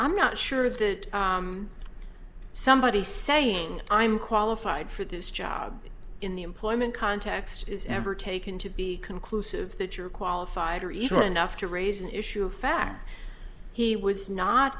i'm not sure that somebody saying i'm qualified for this job in the employment context is ever taken to be conclusive that you're qualified or even enough to raise an issue of fact he was not